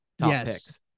Yes